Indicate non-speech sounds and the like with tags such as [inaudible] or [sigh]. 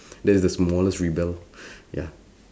[breath] that's the smallest rebel [breath] ya